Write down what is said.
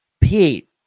Pete